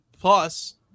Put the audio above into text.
plus